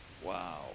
wow